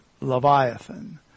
Leviathan